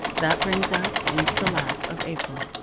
that brings us into the lap of april.